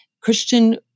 Christian